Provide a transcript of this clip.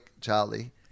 Charlie